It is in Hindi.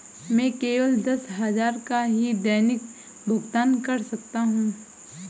मैं केवल दस हजार का ही दैनिक भुगतान कर सकता हूँ